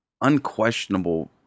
unquestionable